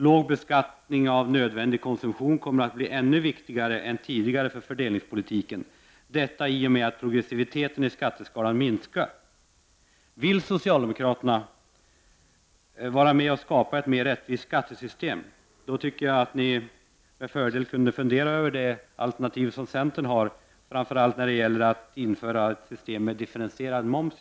Låg beskattning av nödvändig konsumtion kommer att bli ännu viktigare än tidigare för fördelningspolitiken i och med att progressiviteten i skatteskalan minskar. Vill socialdemokraterna vara med och skapa ett mer rättvist skattesystem kunde de med fördel fundera över centerns alternativ, framför allt förslaget om differentierad moms.